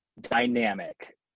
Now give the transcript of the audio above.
dynamic